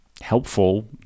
helpful